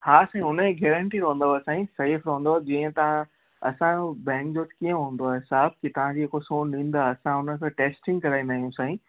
हा साईं हुनजी गैरंटी रहंदव साईं सेफ़ रहंदव जीअं तव्हां असांजो बैंक जो कीअं हुंदो आहे हिसाब की तव्हां जेको सोन ॾींदा असां हुन सां टैस्टींग कराईंदा आहियूं साईं